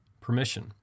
permission